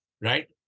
right